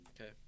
Okay